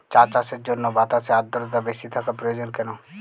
চা চাষের জন্য বাতাসে আর্দ্রতা বেশি থাকা প্রয়োজন কেন?